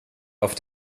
auf